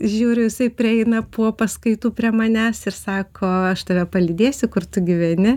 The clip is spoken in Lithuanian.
žiūriu jisai prieina po paskaitų prie manęs ir sako aš tave palydėsiu kur tu gyveni